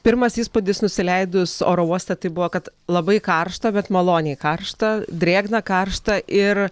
pirmas įspūdis nusileidus oro uoste tai buvo kad labai karšta bet maloniai karšta drėgna karšta ir